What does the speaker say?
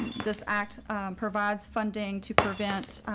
this act provides funding to prevent,